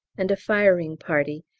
and a firing party,